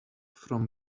from